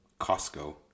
Costco